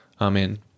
Amen